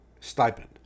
stipend